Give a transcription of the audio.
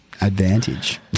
advantage